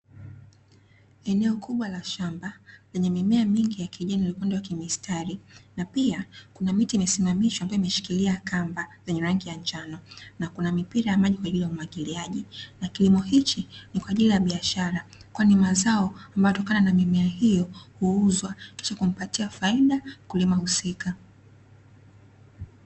Eneo kubwa la shamba, lenye mimea mingi ya kijani iliopandwa kimistari na pia kuna miti imesimamishwa ambayo imeshikilia kamba yenye rangi ya njano. Na kuna mipira ya maji kwa ajili ya umwagiliaji, na kilimo hichi ni kwa ajili ya biashara kwani mazao ambayo yanatokana na mimea hiyo huuzwa kisha kumpatia faida mkulima husika.